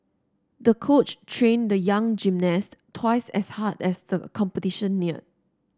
the coach trained the young gymnast twice as hard as the competition neared